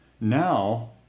Now